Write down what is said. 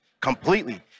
completely